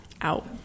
out